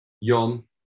Yom